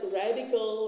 radical